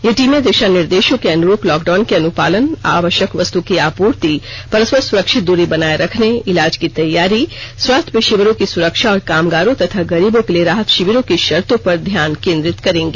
ये टीमें दिशा निर्देशों के अनुरूप लॉकडाउन के अनुपालन आवश्यक वस्तुओं की आपूर्ति परस्पर सुरक्षित दूरी बनाए रखने इलाज की तैयारी स्वास्थ्य पेशेवरों की सुरक्षा और कामगारों तथा गरीबों के लिए राहत शिविरों की शर्तों पर ध्यान केंद्रित करेंगी